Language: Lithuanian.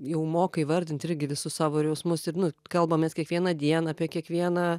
jau moka įvardint irgi visus savo ir jausmus ir nu kalbamės kiekvieną dieną apie kiekvieną